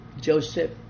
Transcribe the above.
Joseph